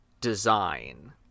design